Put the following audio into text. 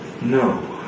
no